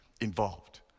involved